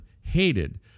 hated